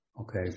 Okay